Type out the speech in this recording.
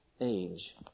age